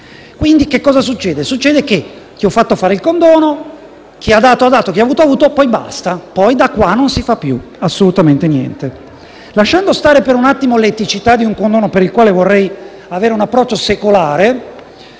esiste). Che cosa succede? Ti ho fatto fare il condono, chi ha dato ha dato e chi ha avuto ha avuto. Poi basta, da qui non si fa più assolutamente niente.